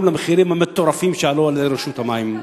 למחירים המטורפים שהועלו על-ידי רשות המים.